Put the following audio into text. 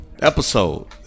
episode